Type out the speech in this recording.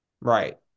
Right